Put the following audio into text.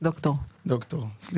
יש